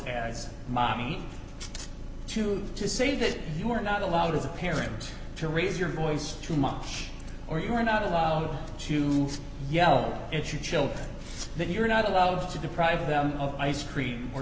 as mommy to to say that you are not allowed as a parent to raise your voice too much or you're not allowed to yell at your children that you're not allowed to deprive them of ice cream or